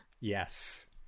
yes